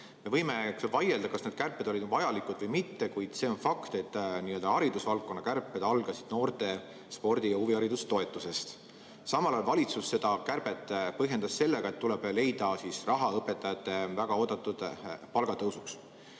Me võime vaielda, kas need kärped olid vajalikud või mitte, kuid see on fakt, et haridusvaldkonna kärped algasid noorte spordi‑ ja huviharidustoetusest. Samal ajal põhjendas valitsus seda kärbet sellega, et tuleb leida raha õpetajate väga oodatud palgatõusuks.